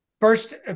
First